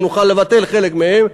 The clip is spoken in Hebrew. אם נוכל לבטל חלק מהן,